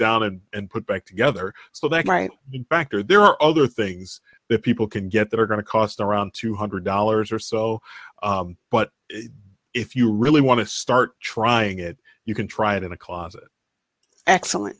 down it and put back together so that might be factor there are other things that people can get that are going to cost around two hundred dollars or so but if you really want to start trying it you can try it in a closet excellent